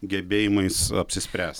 gebėjimais apsispręs